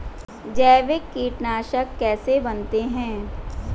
जैविक कीटनाशक कैसे बनाते हैं?